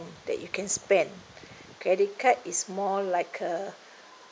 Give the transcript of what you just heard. that you can spend credit card is more like a